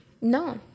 no